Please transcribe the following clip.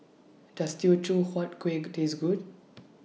Does Teochew Huat Kuih Taste Good